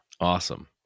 Awesome